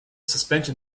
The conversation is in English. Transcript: suspension